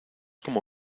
como